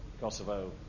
Kosovo